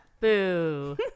Boo